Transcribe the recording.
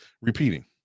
repeating